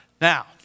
Now